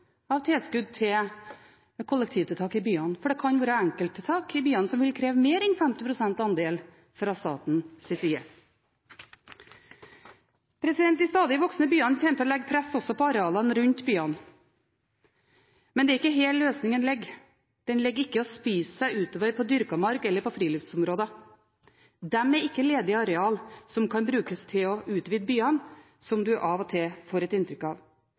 tilskudd til kollektivtiltak i byene, for det kan være enkelttiltak i byene som vil kreve mer enn 50 pst. andel fra statens side. De stadig voksende byene kommer til å legge press også på arealene rundt byene. Men det er ikke her løsningen ligger. Den ligger ikke i å spise seg utover på dyrket mark eller på friluftsområder. De er ikke ledig areal som kan brukes til å utvide byene, som man av og til får inntrykk av.